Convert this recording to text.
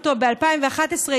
ב-2011,